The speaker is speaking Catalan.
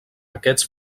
aquests